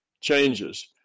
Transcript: changes